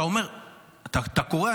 אתה קורא,